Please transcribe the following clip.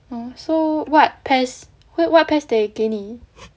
oh so what PES wait what PES they 给你